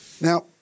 Now